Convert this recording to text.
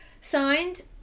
signed